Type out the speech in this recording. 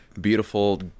beautiful